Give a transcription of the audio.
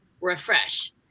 refresh